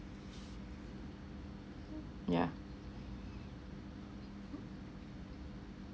yeah